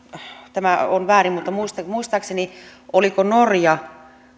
tämä on väärin että muistaakseni norjassa